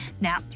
Now